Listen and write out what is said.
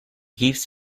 keeps